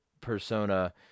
persona